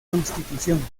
constitución